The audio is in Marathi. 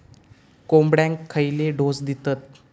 कोंबड्यांक खयले डोस दितत?